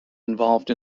involved